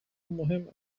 مهم